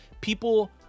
people